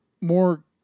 more